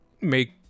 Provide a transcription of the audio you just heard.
make